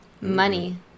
Money